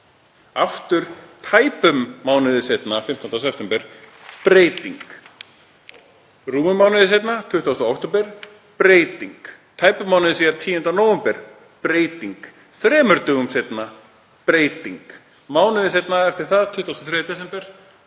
Aftur tæpum mánuði seinna, 15. september: Breyting. Rúmum mánuði seinna, 20. október: Breyting. Tæpum mánuði síðar, 10. nóvember: Breyting. Þremur dögum seinna: Breyting. Mánuði seinna, 23. desember: